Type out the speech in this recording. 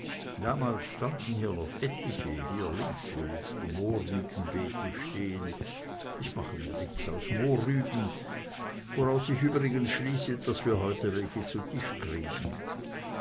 damals standen hier noch etliche hier links wo jetzt die mohrrübenbeete stehen ich mache mir nichts aus mohrrüben woraus ich übrigens schließe daß wir heute welche zu tisch kriegen